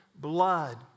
blood